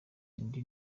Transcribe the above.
indi